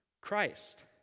Christ